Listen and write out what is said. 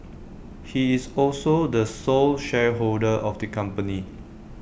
he is also the sole shareholder of the company